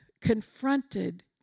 confronted